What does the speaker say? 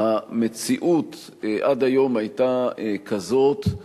המציאות עד היום היתה כזאת,